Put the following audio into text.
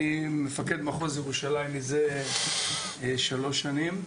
אני מפקד מחוז ירושלים מזה שלוש שנים.